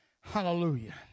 hallelujah